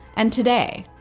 and today.